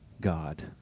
God